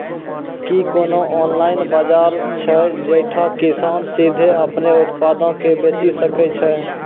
कि कोनो ऑनलाइन बजार छै जैठां किसान सीधे अपनो उत्पादो के बेची सकै छै?